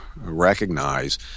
recognize